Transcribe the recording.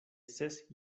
ses